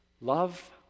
Love